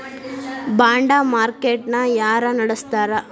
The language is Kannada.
ಬಾಂಡ ಮಾರ್ಕೇಟ್ ನ ಯಾರ ನಡಸ್ತಾರ?